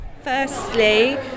Firstly